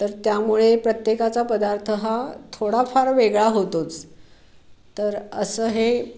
तर त्यामुळे प्रत्येकाचा पदार्थ हा थोडाफार वेगळा होतोच तर असं हे